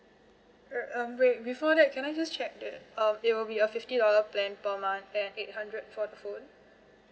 err um wait before that can I just check that uh it will be a fifty dollar plan per month and eight hundred for the phone